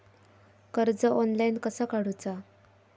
कर्ज ऑनलाइन कसा काडूचा?